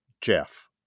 Jeff